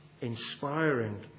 inspiring